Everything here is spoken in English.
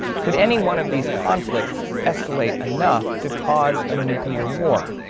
could any one of these conflicts escalate enough to cause a nuclear war?